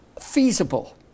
feasible